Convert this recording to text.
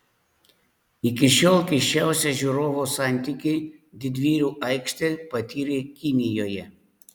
iki šiol keisčiausią žiūrovo santykį didvyrių aikštė patyrė kinijoje